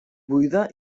buida